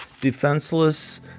defenseless